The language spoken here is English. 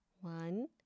One